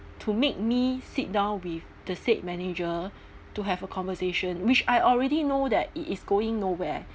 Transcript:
to make me sit down with the said manager to have a conversation which I already know that it is going nowhere